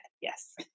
Yes